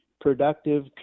productive